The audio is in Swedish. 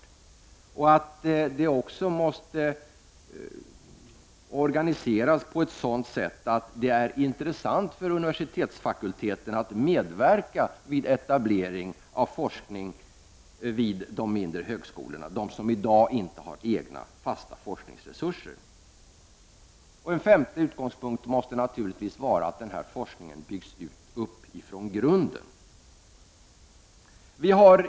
Forskningen måste därför organiseras på ett sådant sätt att det blir intressant för universitetsfakulteterna att medverka vid etablering och forskning vid de mindre högskolörna, alltså de som i dag inte har egna, fasta forskningsresurser. En femte utgångspunkt måste naturligtvis vara att forskningen byggs upp från grunden.